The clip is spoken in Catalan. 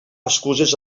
excuses